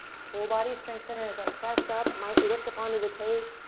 full body strength in here as i press up. might lift up onto the toes.